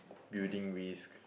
building risk